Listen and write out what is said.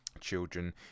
children